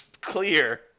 clear